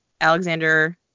Alexander